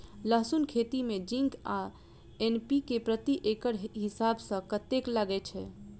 लहसून खेती मे जिंक आ एन.पी.के प्रति एकड़ हिसाब सँ कतेक लागै छै?